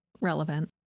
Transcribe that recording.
relevant